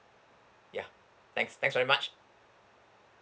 ya thanks thanks very much